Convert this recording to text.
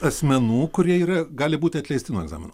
asmenų kurie yra gali būti atleisti nuo egzaminų